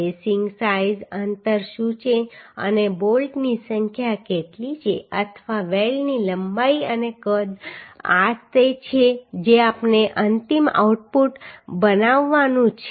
lacing size અંતર શું છે અને બોલ્ટની સંખ્યા કેટલી છે અથવા વેલ્ડની લંબાઈ અને કદ આ તે છે જે આપણે અંતિમ આઉટપુટ બનાવવાનું છે